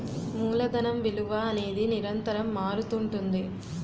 మూలధనం విలువ అనేది నిరంతరం మారుతుంటుంది